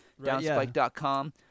downspike.com